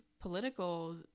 political